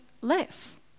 less